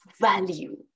value